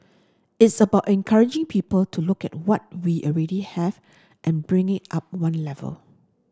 it's about encouraging people to look at what we already have and bring it up one level